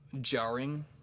jarring